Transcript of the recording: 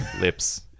Lips